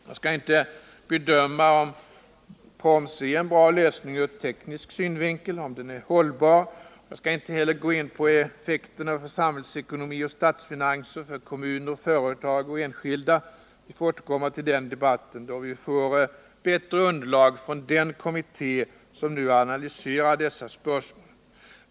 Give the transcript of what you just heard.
Jag skall inte nu bedöma om proms är en bra lösning ur teknisk synvinkel och om den är en hållbar lösning. Jag skall inte heller gå in på effekterna på samhällsekonomi och statsfinanser för kommuner, företag och enskilda. Jag får återkomma till den debatten då vi fått bättre underlag från den kommitté som nu analyserar dessa spörsmål.